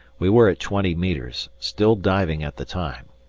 we were at twenty metres, still diving at the time.